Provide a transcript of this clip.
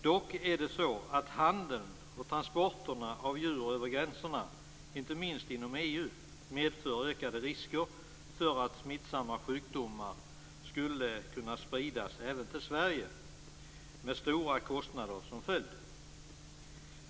Dock medför handeln och transporterna av djur över gränserna, inte minst inom EU, ökade risker för att smittsamma sjukdomar skulle kunna spridas även till Sverige, med stora kostnader som följd.